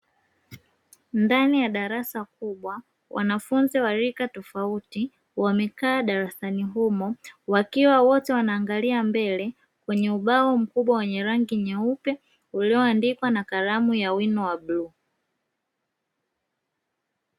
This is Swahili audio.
Ndani ya darasa kubwa wanafunzi wa rika tofauti wamekaa darasani humo, wakiwa wote wanaangalia mbele kwenye ubao mkubwa wenye rangi nyeupe ulioandikwa na kalamu ya wino wa blue.